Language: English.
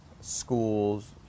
Schools